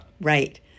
Right